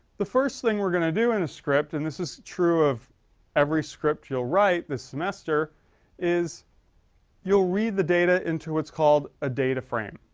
the first thing we're going to do in a script, and this is true of every script you'll write this semester is you'll read the data into what's called a data frame.